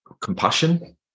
compassion